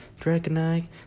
Dragonite